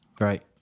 Right